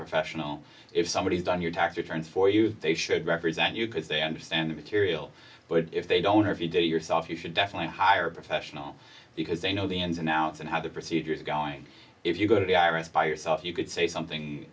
professional if somebody is on your tax returns for you they should represent you because they understand the material but if they don't have it to yourself you should definitely hire a professional because they know the ins and outs and how the procedure is going if you go to the iris by yourself you could say something